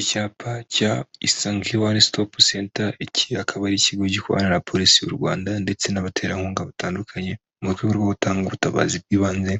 Icyapa cya isange one stop center iki akaba ari ikigo gikorana na polisi y'u Rwanda ndetse n'abaterankunga batandukanye mu rwego rwo gutanga ubutabazi bw'ibanze